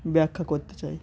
ব্যাখ্যা করতে চাই